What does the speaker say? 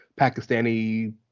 Pakistani